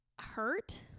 Hurt